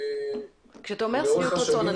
כשאתה אומר שביעות רצון,